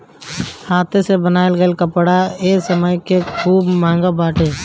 हाथे से बनल कपड़ा के ए समय में खूब मांग बाटे